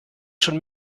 schon